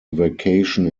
vacation